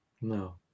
No